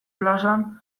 plazan